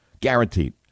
Guaranteed